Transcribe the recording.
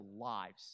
lives